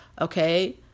okay